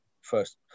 first